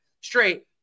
straight